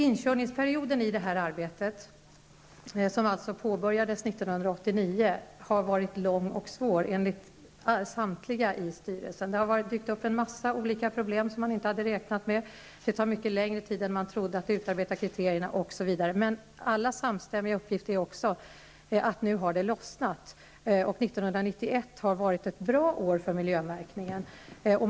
Inkörningsperioden i detta arbete, som alltså påbörjades 1989, har varit lång och svår enligt samtliga ledamöter i styrelsen. En massa olika problem som man inte hade räknat med har dykt upp. Det tar mycket längre tid än man trodde att utarbeta kriterierna. Samstämmiga uppgifter tyder emellertid på att det nu har lossnat. 1991 har varit ett bra år för miljömärkningen.